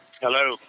Hello